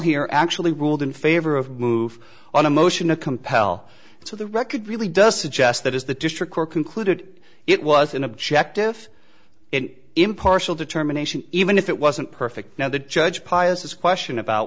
here actually ruled in favor of move on a motion to compel so the record really does suggest that is the district court concluded it was an objective it impartial determination even if it wasn't perfect now the judge piousness question about